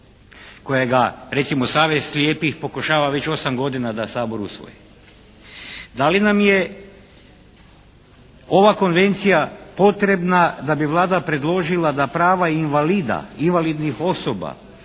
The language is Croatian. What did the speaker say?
kojega recimo Savez slijepih pokušava već 8 godina da Sabor usvoji. Da li nam je ova konvencija potrebna da bi Vlada predložila da prava invalida, invalidnih osoba